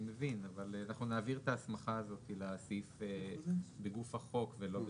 אני מבין אבל אנחנו נעביר את ההסמכה הזאת לסעיף בגוף החוק ולא בתוספת.